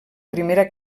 primera